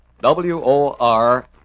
WOR